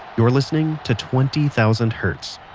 you're listening to twenty thousand hertz.